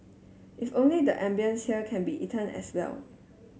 if only the ambience here can be eaten as well